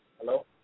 Hello